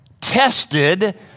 tested